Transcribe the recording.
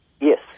Yes